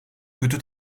kötü